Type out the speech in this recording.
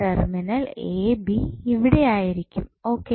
terminal A B ഇവിടെ ആയിരിക്കും okay